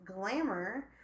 Glamour